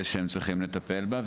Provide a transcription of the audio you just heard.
בזה שהם צריכים לטפל בה,